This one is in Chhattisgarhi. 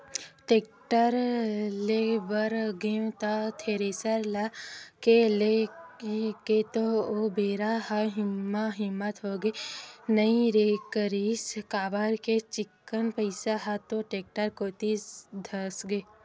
टेक्टर ले बर गेंव त थेरेसर के लेय के तो ओ बेरा म हिम्मत होबे नइ करिस काबर के चिक्कन पइसा ह तो टेक्टर कोती धसगे